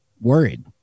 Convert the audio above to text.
worried